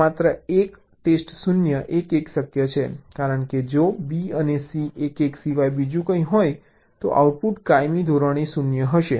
માત્ર 1 ટેસ્ટ 0 1 1 શક્ય છે કારણ કે જો B અને C 1 1 સિવાય બીજું કંઈ હોય તો આઉટપુટ કાયમી ધોરણે 0 હશે